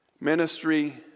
ministry